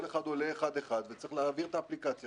כל אחד עולה אחד-אחד וצריך להעביר את האפליקציה